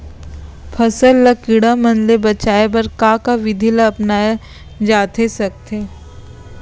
फसल ल कीड़ा मन ले बचाये बर का का विधि ल अपनाये जाथे सकथे?